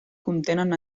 contenen